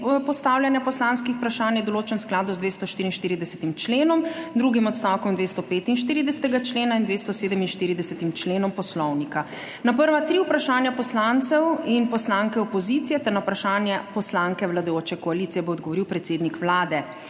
postavljanja poslanskih vprašanj je določen v skladu z 244. členom, drugim odstavkom 245. člena in 247. členom Poslovnika. Na prva tri vprašanja poslancev in poslanke opozicije ter na vprašanje poslanke vladajoče koalicije bo odgovoril predsednik Vlade.